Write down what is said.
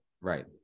Right